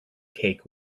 cake